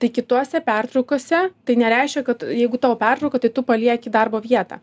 tai kitose pertraukose tai nereiškia kad jeigu tavo pertrauka tai tu palieki darbo vietą